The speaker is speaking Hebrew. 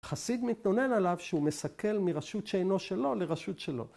חסיד מתלונן עליו שהוא מסכל מרשות שאינו שלו לרשות שלו.